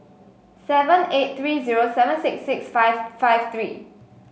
seven eight three zero seven six six five five three